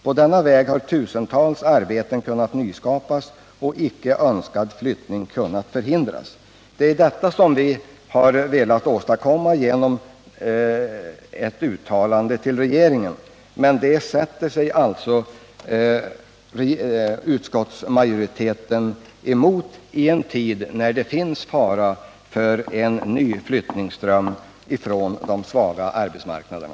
På denna väg har tusentals arbeten kunnat nyskapas och icke önskad flyttning kunnat förhindras.” 225 Detta vill centern åstadkomma genom ett uttalande till regeringen, men det sätter sig alltså utskottsmajoriteten emot i en tid när det är fara för en ny flyttningsström från de svaga arbetsmarknaderna.